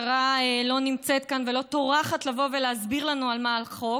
לא נמצאת כאן ולא טורחת לבוא ולהסביר לנו על מה החוק.